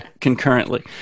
concurrently